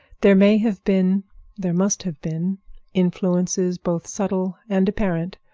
there may have been there must have been influences, both subtle and apparent,